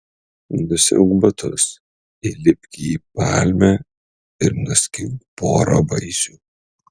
nusiauk batus įlipk į palmę ir nuskink porą vaisių